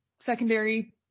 secondary